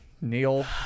Neil